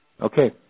Okay